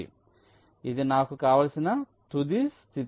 కాబట్టి ఇది నాకు కావలసిన తుది స్థితి